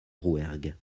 rouergue